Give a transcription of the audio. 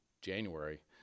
January